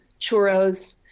churros